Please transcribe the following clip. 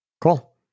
Cool